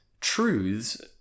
truths